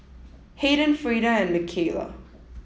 Haden Frida and Michaela